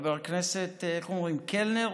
חבר הכנסת, איך אומרים, קלנר?